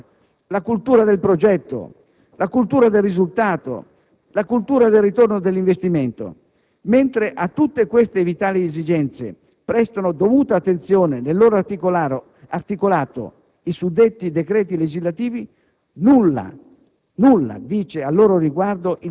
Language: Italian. la cultura della proprietà intellettuale, la cultura del progetto, la cultura del risultato, la cultura del ritorno dell'investimento. Mentre a tutte queste vitali esigenze prestano dovuta attenzione nel loro articolato i suddetti decreti legislativi, nulla,